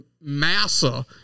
massa